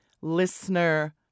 listener